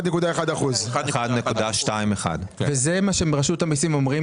1.21%. וזה מה שרשות המסים אומרים